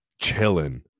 chilling